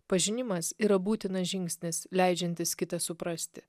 pažinimas yra būtinas žingsnis leidžiantis kitą suprasti